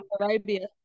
arabia